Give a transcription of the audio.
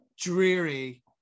dreary